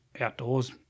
outdoors